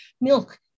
milk